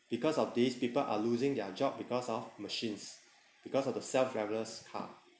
because of these people are losing their job because of machines because of the self driverless car